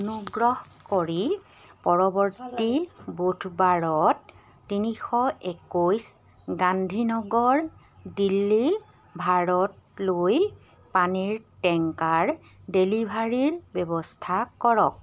অনুগ্ৰহ কৰি পৰৱৰ্তী বুধবাৰত তিনিশ একৈছ গান্ধী নগৰ দিল্লী ভাৰতলৈ পানীৰ টেংকাৰ ডেলিভাৰীৰ ব্যৱস্থা কৰক